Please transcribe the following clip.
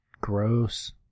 gross